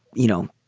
you know,